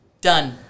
Done